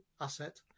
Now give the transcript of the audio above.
asset